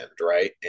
right